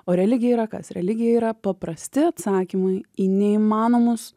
o religija yra kas religija yra paprasti atsakymai į neįmanomus